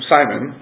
Simon